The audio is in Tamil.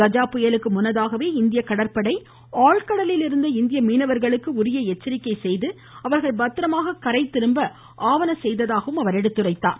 கஜா புயலுக்கு முன்னதாகவே இந்திய கடற்படை ஆழ்கடலில் இருந்த இந்திய மீனவர்களுக்கு உரிய எச்சரிக்கை செய்து அவர்கள் பத்திரமாக கரை திரும்ப ஆவன செய்ததாகவும் அவர் எடுத்துரைத்தார்